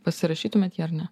pasirašytumėt jį ar ne